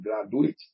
graduate